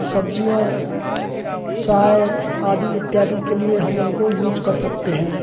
सब्ज़ियों चाय आदि इत्यादि के लिए हम उनको यूज़ कर सकते हैं